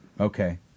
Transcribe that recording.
Okay